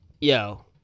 yo